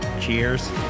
Cheers